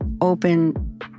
open